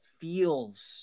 feels